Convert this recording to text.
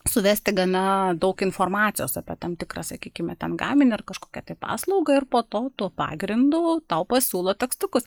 suvesti gana daug informacijos apie tam tikrą sakykime ten gaminį ar kažkokią paslaugą ir po to tuo pagrindu tau pasiūlo tekstukus